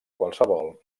qualsevol